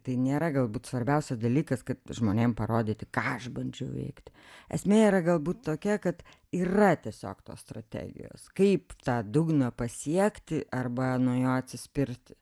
tai nėra galbūt svarbiausias dalykas kad žmonėm parodyti ką aš bandžiau veikti esmė yra galbūt tokia kad yra tiesiog tos strategijos kaip tą dugną pasiekti arba nuo jo atsispirti